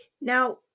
now